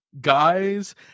guys